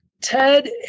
Ted